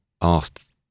asked